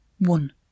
One